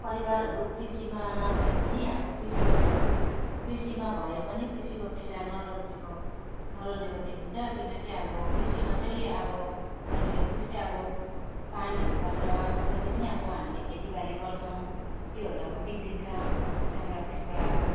परिवारहरू अब कृषिमा नभए पनि अब कृषि कृषिमा भए पनि कृषिको पेसा नरोज्नेको नरोजेको देखिन्छ किनकि अब कृषिमा चाहिँ अब अहिले त्यस्तै अब पानीहरू परेर जति पनि अब हामीले खेतीबारी गर्छौँ त्योहरू अब बिग्रिन्छ त्यहाँबाट त्यसबाट अब